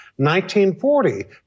1940